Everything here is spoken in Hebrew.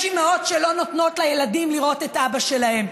אימהות שלא נותנות לילדים לראות את אבא שלהם,